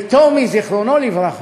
וטומי, זיכרונו לברכה,